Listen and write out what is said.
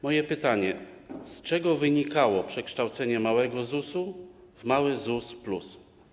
Moje pytanie: Z czego wynikało przekształcenie małego ZUS-u w mały ZUS plus?